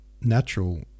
natural